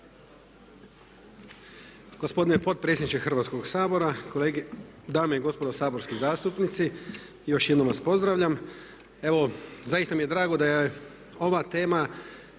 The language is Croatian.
Gospodine potpredsjedniče Hrvatskog sabora, dame i gospodo saborski zastupnici, još jednom vas pozdravljam. Evo, zaista mi je drago da je ova tema